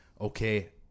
okay